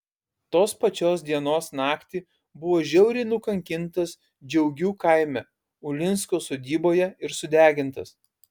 tos pačios dienos naktį buvo žiauriai nukankintas džiaugių kaime ulinsko sodyboje ir sudegintas